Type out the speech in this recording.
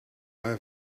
have